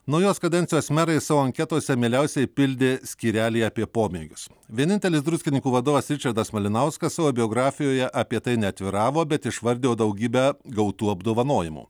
naujos kadencijos merai savo anketose mieliausiai pildė skyrelį apie pomėgius vienintelis druskininkų vadovas ričardas malinauskas savo biografijoje apie tai neatviravo bet išvardijo daugybę gautų apdovanojimų